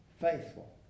faithful